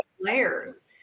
layers